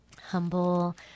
humble